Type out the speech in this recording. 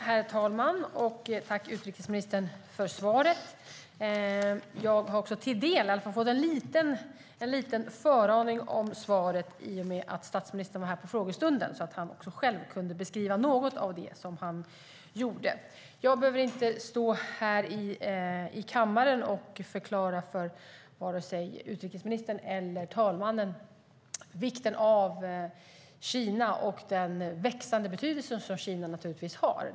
Herr talman! Tack, utrikesministern, för svaret! Jag har fått en liten föraning om svaret i och med att statsministern var här på frågestunden. Då kunde han själv beskriva något av det som han gjorde. Jag behöver inte stå här i kammaren och förklara för vare sig utrikesministern eller herr talmannen vikten av Kina och den växande betydelse som Kina har.